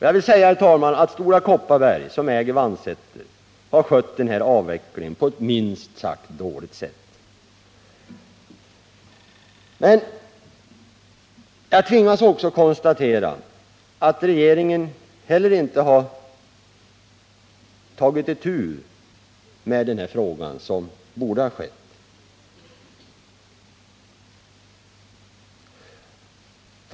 Jag vill säga, herr talman, att Stora Kopparberg, som äger Vannsäter, har skött avvecklingen på ett minst sagt dåligt sätt. Men jag tvingas också konstatera att inte heller regeringen har tagit itu med den här frågan som den borde ha gjort.